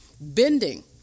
bending